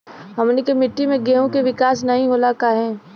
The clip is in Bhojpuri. हमनी के मिट्टी में गेहूँ के विकास नहीं होला काहे?